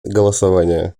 голосования